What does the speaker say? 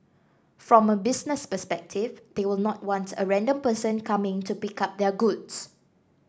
from a business perspective they will not want a random person coming to pick up their goods